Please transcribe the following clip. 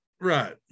Right